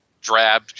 drab